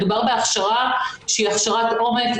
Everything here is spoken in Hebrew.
מדובר בהכשרה שהיא הכשרת עומק,